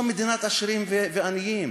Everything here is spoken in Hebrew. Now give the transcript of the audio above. זו מדינת עשירים וענייים.